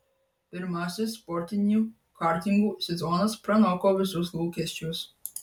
pirmasis sportinių kartingų sezonas pranoko visus lūkesčius